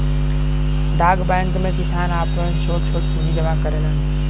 डाक बैंक में किसान आपन छोट छोट पूंजी जमा करलन